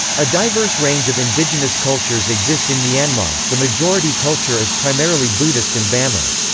a diverse range of indigenous cultures exist in myanmar, the majority culture is primarily buddhist and bamar.